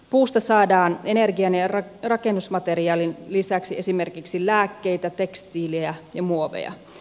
puusta saadaan energian ja rakennusmateriaalin lisäksi esimerkiksi lääkkeitä tekstiilejä ja muoveja